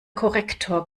korrektor